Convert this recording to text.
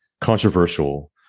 controversial